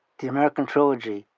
the american trilogy,